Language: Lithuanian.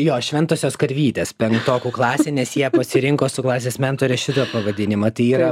jo šventosios karvytės penktokų klasė nes jie pasirinko su klasės mentoriais šitą pavadinimą tai yra